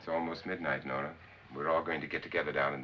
it's almost midnight no no we're all going to get together down in